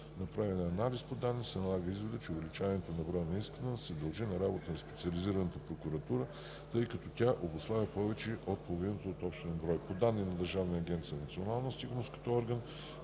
направения анализ на данните се налага изводът, че увеличението на броя на исканията се дължи на работата на Специализираната прокуратура, тъй като тя обуславя повече от половината от общия им брой. По данни на Държавна агенция „Национална сигурност“ като орган